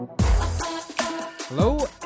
Hello